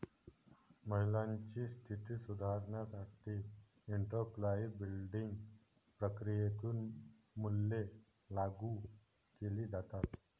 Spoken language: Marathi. महिलांची स्थिती सुधारण्यासाठी एंटरप्राइझ बिल्डिंग प्रक्रियेतून मूल्ये लागू केली जातात